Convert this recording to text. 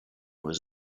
was